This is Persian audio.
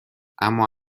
اما